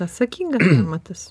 atsakingas amatas